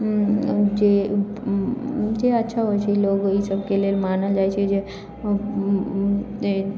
जे जे अच्छा होइ छै लोक ई सबके लेल मानल जाइ छै जे